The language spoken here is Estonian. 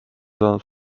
saanud